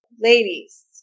ladies